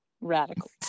radical